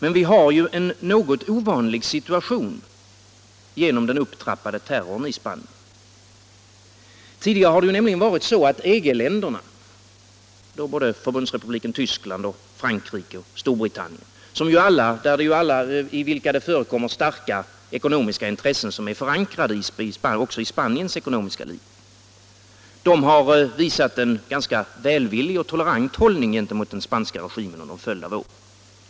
Men vi har ju en något ovanlig situation genom den upptrappade terrorn i Spanien. Tidigare har det nämligen varit så att EG-länderna — Förbundrepubliken Tyskland, Frankrike och Storbritannien — i vilka det förekommer starka ekonomiska intressen som är förankrade också i Spaniens ekonomiska liv, har visat en ganska välvillig och tolerant hållning gentemot den spanska regimen under en följd av år.